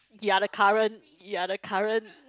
ya the current ya the current